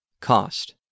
Cost